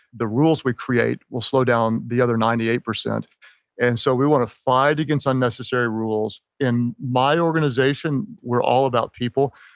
the rules we create will slow down the other ninety eight percent and so we want to fight against unnecessary rules. in my organization we're all about people.